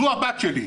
זו הבת שלי,